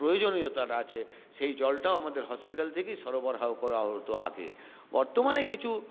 প্রয়োজনীয়তাটা আছে সেই জলটাও আমাদের হসপিটাল থেকেই সরবরাহ করা হতো আগে বর্তমানে কিছু